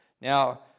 Now